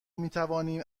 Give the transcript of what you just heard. میتوانیم